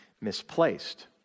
misplaced